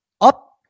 up